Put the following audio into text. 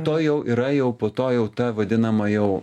to jau yra jau po to jau ta vadinama jau